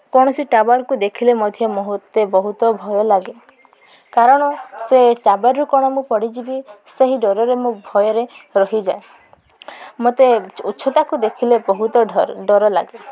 କୌଣସି ଟାୱାର୍କୁ ଦେଖିଲେ ମଧ୍ୟ ମୋତେ ବହୁତ ଭୟ ଲାଗେ କାରଣ ସେ ଟାୱାର୍ରୁ କ'ଣ ମୁଁ ପଡ଼ିଯିବି ସେହି ଡରରେ ମୁଁ ଭୟରେ ରହିଯାଏ ମୋତେ ଉଚ୍ଚତାକୁ ଦେଖିଲେ ବହୁତ ଡର ଲାଗେ